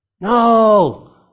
No